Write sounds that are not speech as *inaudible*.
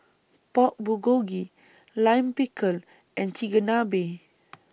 Pork Bulgogi Lime Pickle and Chigenabe *noise*